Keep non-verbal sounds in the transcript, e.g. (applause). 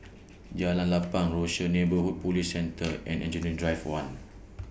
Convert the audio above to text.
Jalan Lapang Rochor Neighborhood Police Centre (noise) and Engineering Drive one